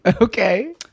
okay